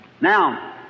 Now